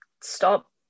stop